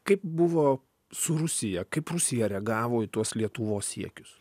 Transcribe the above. kaip buvo su rusija kaip rusija reagavo į tuos lietuvos siekius